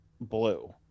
blue